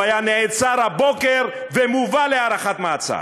הוא היה נעצר הבוקר ומובא להארכת מעצר.